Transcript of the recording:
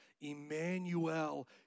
Emmanuel